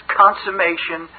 consummation